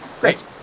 Great